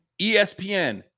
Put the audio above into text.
ESPN